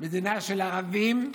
מדינה של ערבים,